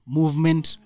movement